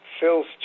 Phil's